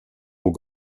aux